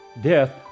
death